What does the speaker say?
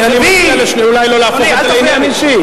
אני מציע אולי לא להפוך את זה לעניין אישי.